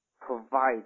provide